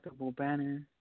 banner